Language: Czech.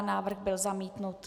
Návrh byl zamítnut.